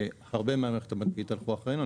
הרבה מהמערכת הבנקאית הלכו אחרינו.